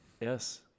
Yes